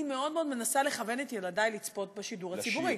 אני מאוד מאוד מנסה לכוון את ילדי לצפות בשידור הציבורי.